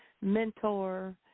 mentor